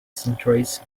centuries